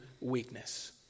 weakness